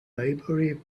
maybury